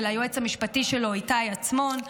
וליועץ המשפטי שלו איתי עצמון.